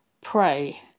Pray